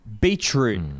Beetroot